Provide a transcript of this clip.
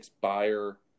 buyer